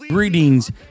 Greetings